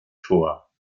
tor